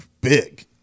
big